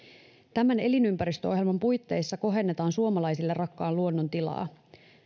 tämän elinympäristöohjelman puitteissa kohennetaan suomalaisille rakkaan luonnon tilaa